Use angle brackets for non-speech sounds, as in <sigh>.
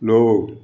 <unintelligible>